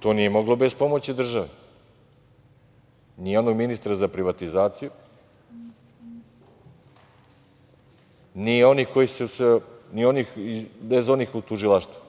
To nije moglo bez pomoći države. Ni onog ministra za privatizaciju, ni bez onih u tužilaštvu